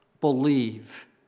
believe